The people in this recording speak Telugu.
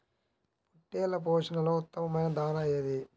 పొట్టెళ్ల పోషణలో ఉత్తమమైన దాణా ఏది?